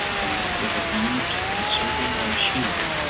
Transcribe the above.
and that with a view to conserving my machinery.